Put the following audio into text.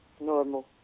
normal